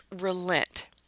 relent